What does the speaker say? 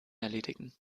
erledigen